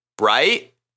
Right